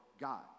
God